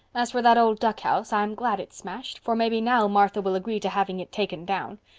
as for that old duckhouse, i'm glad it's smashed, for maybe now martha will agree to having it taken down.